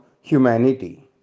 humanity